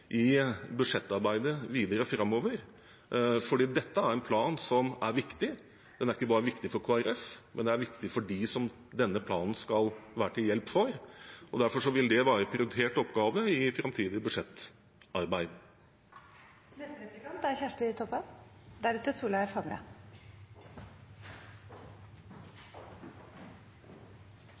i budsjettarbeidet videre framover, for dette er en plan som er viktig. Den er ikke bare viktig for Kristelig Folkeparti, men den er viktig for dem som denne planen skal være til hjelp for, og derfor vil det være en prioritert oppgave i framtidig